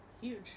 Huge